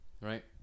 right